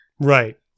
Right